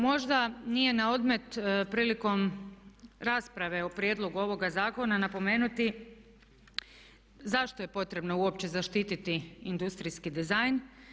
Možda nije na odmet prilikom rasprave o prijedlogu ovoga zakona napomenuti zašto je potrebno uopće zaštiti industrijski dizajn.